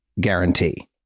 guarantee